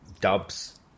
dubs